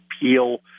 appeal